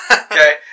Okay